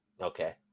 Okay